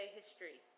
history